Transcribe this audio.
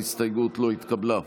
ההסתייגות לא התקבלה.